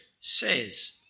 says